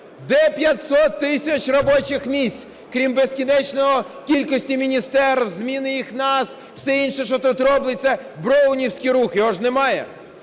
Де 500 тисяч робочих місць? Крім безкінечного кількості міністерств, зміни їх назв, все інше, що тут робиться, броунівський рух. Його ж немає.